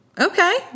okay